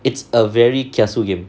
it's a very kiasu game